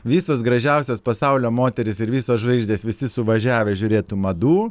visos gražiausios pasaulio moterys ir visos žvaigždės visi suvažiavę žiūrėt tų madų